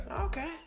Okay